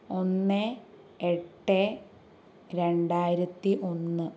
ഒന്ന് എട്ട് രണ്ടായിരത്തി ഒന്ന്